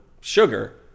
sugar